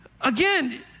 Again